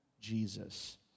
jesus